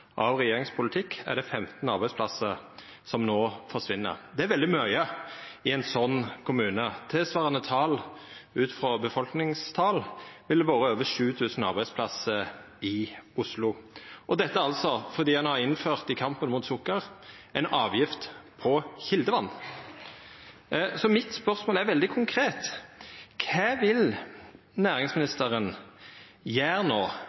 av regjeringas politikk, er 15 arbeidsplassar som no forsvinn. Det er veldig mykje i ein sånn kommune. Tilsvarande tal ut frå folketal ville vore over 7 000 arbeidsplassar i Oslo. Dette er altså fordi ein i kampen mot sukker har innført ei avgift på kjeldevatn. Så mitt spørsmål er veldig konkret: Kva vil næringsministeren gjera no